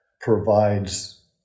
provides